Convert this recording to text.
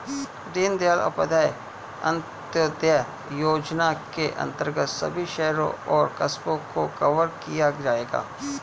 दीनदयाल उपाध्याय अंत्योदय योजना के अंतर्गत सभी शहरों और कस्बों को कवर किया जाएगा